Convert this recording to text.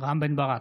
רם בן ברק,